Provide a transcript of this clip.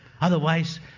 Otherwise